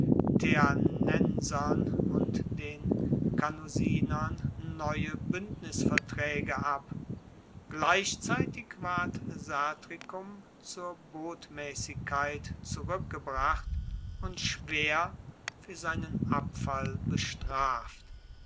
teanensern und den canusinern neue bundesvertraege ab gleichzeitig ward satricum zur botmaessigkeit zurueckgebracht und schwer fuer seinen abfall bestraft